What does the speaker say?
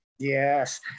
Yes